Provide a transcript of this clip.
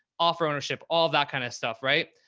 offer ownership, all of that kind of stuff, right?